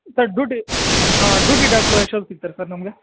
sir duty ಹಾಂ duty doctor ಎಷ್ಟೊತ್ಗೆ ಸಿಗ್ತಾರೆ ಸರ್ ನಮಗೆ